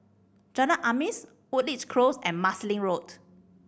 Jalan Azam's Woodleigh Close and Marsiling Road